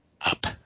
Up